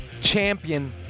champion